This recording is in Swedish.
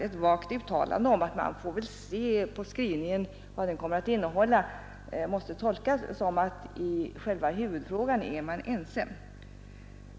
Ett vagt uttalande om att ”man får väl se vad skrivningen kommer att innehålla” måste väl också tolkas så att man i själva huvudfrågan var ense.